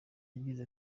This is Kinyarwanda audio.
yagize